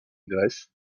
grèce